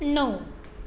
णव